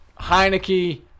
Heineke